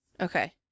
Okay